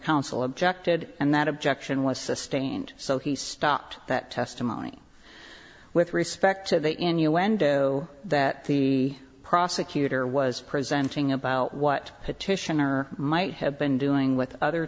counsel objected and that objection was sustained so he stopped that testimony with respect to the innuendo that the prosecutor was presenting about what petitioner might have been doing with other